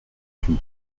d’une